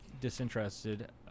disinterested